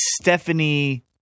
Stephanie